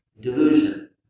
delusion